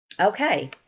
Okay